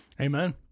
amen